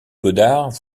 godard